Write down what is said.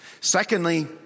Secondly